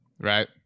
right